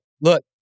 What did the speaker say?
look